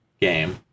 game